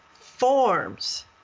forms